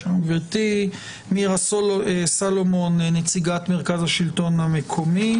שזה היום הזה בשנה שבו הכהן הגדול נכנס לקודש הקודשים.